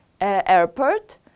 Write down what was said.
Airport